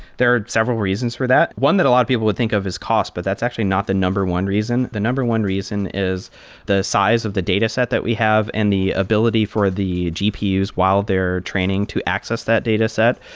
there are several reasons for that. one that a lot of people would think of is cost, but that's actually not the number one reason. the number one reason is the size of the dataset that we have and the ability for the gpus while they're training to access that dataset.